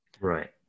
Right